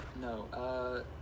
no